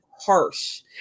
harsh